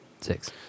six